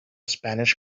spanish